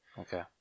Okay